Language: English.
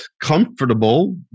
comfortable